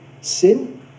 sin